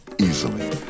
easily